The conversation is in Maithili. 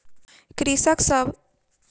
कृषक सभ अपन आय बढ़बै के लेल पशुपालन करैत अछि